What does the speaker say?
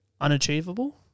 unachievable